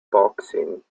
boxing